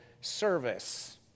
service